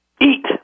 Eat